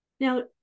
Now